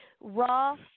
Raw